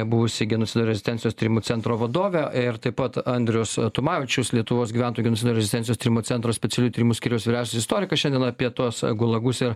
buvusi genocido ir rezistencijos tyrimų centro vadovė ir taip pat andrius tumavičius lietuvos gyventojų genocido ir rezistencijos tyrimo centro specialiųjų tyrimų skyriaus vyriausias istorikas šiandien apie tuos gulagus ir